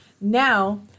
Now